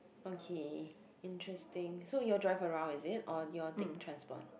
okay interesting so you all drive around isn't or you all take transport